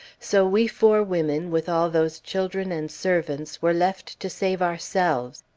so we four women, with all those children and servants, were left to save ourselves.